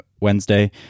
Wednesday